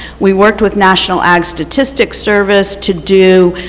we worked with national at statistics service to do